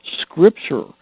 Scripture